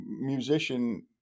musician